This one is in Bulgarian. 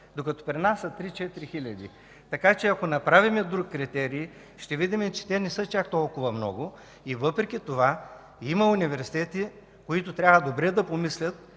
докато при нас са 3 – 4 хиляди. Така че ако въведем друг критерий, ще видим, че те не са чак толкова много. Въпреки това, има университети, които трябва добре да помислят